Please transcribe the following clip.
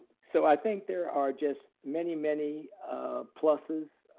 so i think there are just many, many ah pluses,